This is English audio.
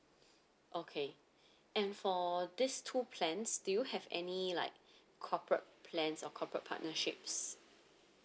okay and for this two plans do you have any like corporate plans or corporate partnerships